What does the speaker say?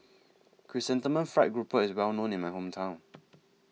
Chrysanthemum Fried Grouper IS Well known in My Hometown